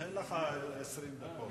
אין לך 20 דקות.